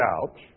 out